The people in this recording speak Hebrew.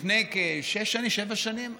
לפני כשש שנים, שבע שנים,